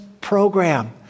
program